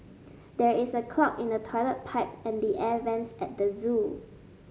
there is a clog in the toilet pipe and the air vents at the zoo